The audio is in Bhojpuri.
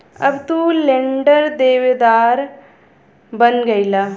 अब तू लेंडर देवेदार बन गईला